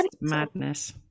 madness